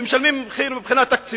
ומשלמים מחיר מבחינה תקציבית,